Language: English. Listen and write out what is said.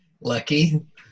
lucky